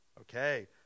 Okay